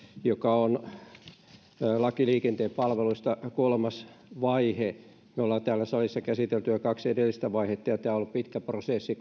joka on lain liikenteen palveluista kolmas vaihe me olemme täällä salissa käsitelleet kaksi edellistä vaihetta ja koko tämä iso lakipaketti on ollut pitkä prosessi